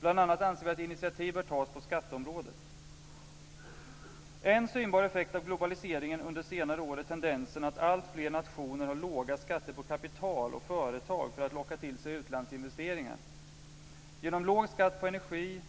Bl.a. anser vi att initiativ bör tas på skatteområdet. En synbar effekt av globaliseringen under senare år är tendensen att alltfler nationer har låga skatter på kapital och företag för att locka till sig utlandsinvesteringar. Genom låg skatt på energi